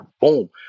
boom